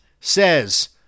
says